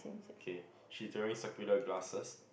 okay she tearing circular glasses